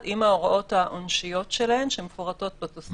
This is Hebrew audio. עם ההוראות העונשיות שלהן שמפורטות בתוספת.